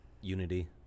unity